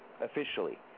officially